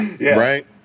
Right